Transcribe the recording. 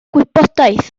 gwybodaeth